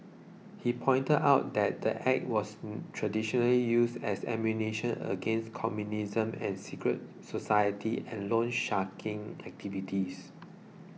he pointed out that the Act was traditionally used as ammunition against communism and secret society and loan sharking activities